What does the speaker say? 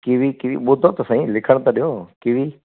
kiwi kiwi ॿुधो त सही लिखण त ॾियो कीवी